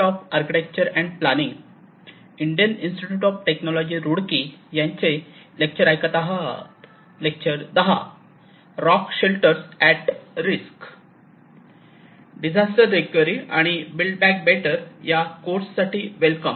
disaster recovery आणि build back better या कोर्ससाठी वेलकम